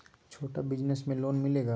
छोटा बिजनस में लोन मिलेगा?